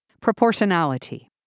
Proportionality